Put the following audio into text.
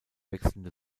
wechselnde